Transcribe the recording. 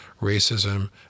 racism